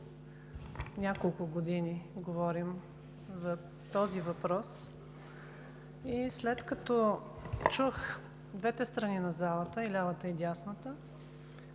няколко години говорим за този въпрос. След като чух двете страни на залата – и лявата, и дясната,